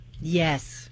Yes